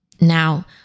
Now